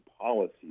policy